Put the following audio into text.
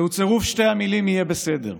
זהו צירוף שתי המילים 'יהיה בסדר'.